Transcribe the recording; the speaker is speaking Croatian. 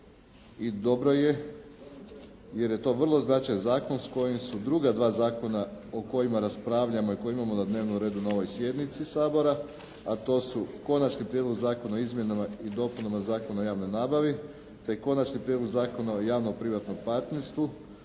i dobro je jer je to vrlo značajan zakon s kojim su druga dva zakona o kojima raspravljamo i koje imamo na dnevnom redu na ovoj sjednici Sabora, a to su Konačni prijedlog zakona o izmjenama i dopunama Zakona o javnoj nabavi,